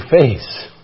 face